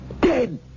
Dead